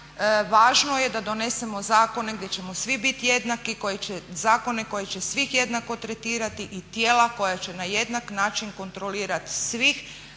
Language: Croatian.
važno je da donesemo zakone gdje ćemo svi bit jednaki, zakone kojih će svih jednako tretirati i tijela koja će na jednak način kontrolirat svih,